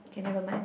K never mind